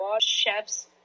Chef's